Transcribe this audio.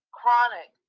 chronic